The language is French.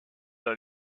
dans